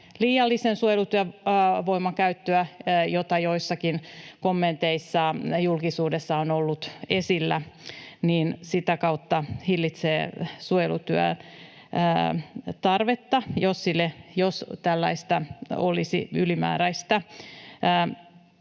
liiallisen suojelutyövoiman käyttöä, joka joissakin kommenteissa julkisuudessa on ollut esillä. Sitä kautta se hillitsee suojelutyön tarvetta, jos tällaista olisi ylimääräistä.